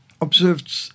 observed